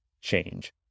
change